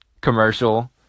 commercial